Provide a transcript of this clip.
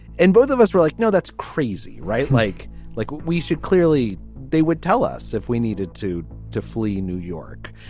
and both of us were like, no, that's crazy, right? like like we should clearly they would tell us if we needed to to flee new york.